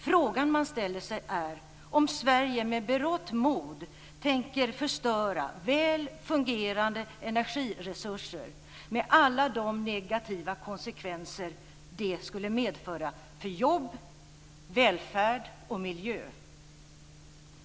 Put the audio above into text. Frågan som ställs är om Sverige med berått mot tänker förstöra väl fungerande energiresurser med alla de negativa konsekvenser som det skulle medföra för jobb, välfärd och miljö.